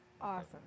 Awesome